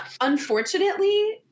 unfortunately